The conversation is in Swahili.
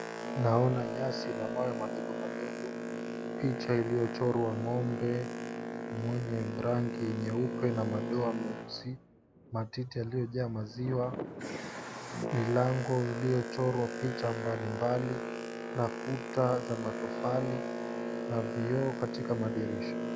Naona nyasi na mawe madogo madogo. Picha iliyochorwa ng'ombe mwenye rangi nyeupe na madoa meusi, matiti yaliyojaa maziwa, milango iliyochorwa picha mbali mbali na kuta za matofali na vioo katika madirisha.